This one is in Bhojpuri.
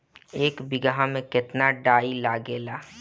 एक बिगहा में केतना डाई लागेला?